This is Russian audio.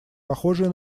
похожее